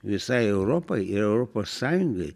visai europai ir europos sąjungai